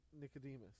Nicodemus